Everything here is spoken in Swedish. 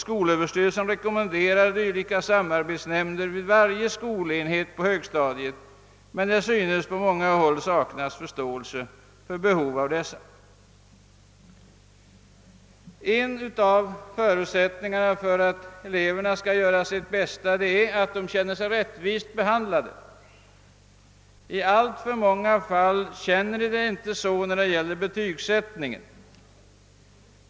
Skolöverstyrelsen rekommenderar dylika samarbetsnämnder vid varje skolenhet på högstadiet, men det synes som om man på många håll saknade förståelse för behovet av dessa. En av förutsättningarna för att eleverna skall göra sitt bästa är att de känner sig rättvist behandlade. I alltför många fall känner de inte så när det gäller betygsättningen.